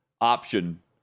option